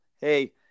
hey